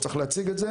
שצריך להציג את זה.